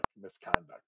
misconduct